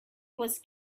was